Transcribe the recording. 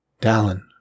Dallin